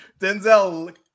Denzel